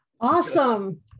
Awesome